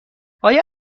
آیا